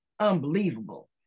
unbelievable